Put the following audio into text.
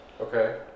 Okay